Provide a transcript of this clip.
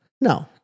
No